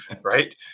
Right